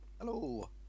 hello